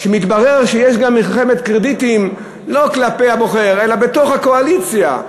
מתברר שיש מלחמת קרדיטים לא רק כלפי הבוחר אלא בתוך הקואליציה.